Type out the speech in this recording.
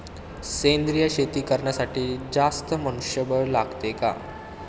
सेंद्रिय शेती करण्यासाठी जास्त मनुष्यबळ लागते का?